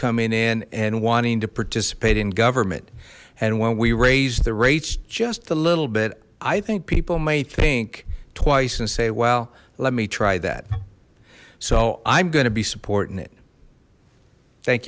coming in and wanting to participate in government and when we raise the rates just a little bit i think people may think twice and say well let me try that so i'm going to be supporting it thank